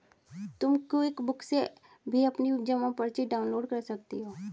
तुम क्विकबुक से भी अपनी जमा पर्ची डाउनलोड कर सकती हो